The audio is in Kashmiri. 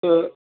تہٕ